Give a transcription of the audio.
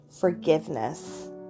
Forgiveness